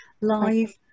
live